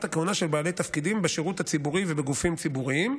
הכהונה של בעלי תפקידים בשירות הציבורי ובגופים ציבוריים,